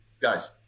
Guys